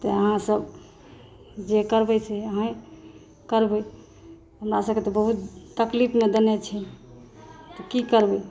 अहाँसभ जे करबै से अहाँ करबै हमरासभके तऽ बहुत तकलीफ़मे देने छै की करबै